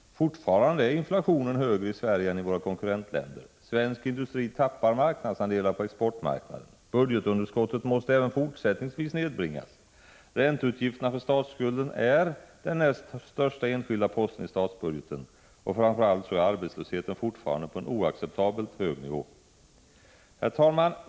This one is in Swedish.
Fortfarande är inflationen högre i Sverige än i våra konkurrentländer, svensk industri tappar marknadsandelar på exportmarknaden, budgetunderskottet måste även fortsättningsvis nedbringas, ränteutgifterna på statsskulden är den näst största enskilda posten i statsbudgeten, och framför allt är arbetslösheten fortfarande på en oacceptabelt hög nivå. Herr talman!